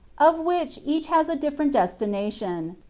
of which each has a different des tination.